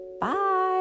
Bye